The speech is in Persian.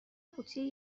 قوطی